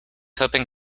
hoping